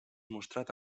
mostrat